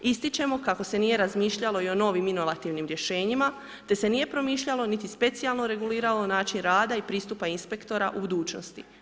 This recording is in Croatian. Ističemo kako se nije razmišljalo i o novim inovativnim rješenjima te se nije promišljalo niti specijalno regulirao način rada i pristupa inspektora u budućnosti.